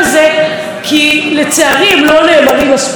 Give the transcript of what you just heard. כי לצערי הם לא נאמרים מספיק ובצורה ברורה,